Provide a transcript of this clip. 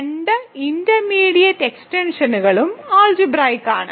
രണ്ട് ഇന്റർമീഡിയറ്റ് എക്സ്റ്റൻഷനുകളും അൾജിബ്രായിക്ക് ആണ്